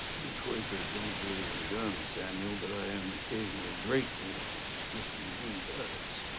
we quakers don't believe in guns, samuel but i am occasionally grateful that mr. mcgee does.